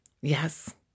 yes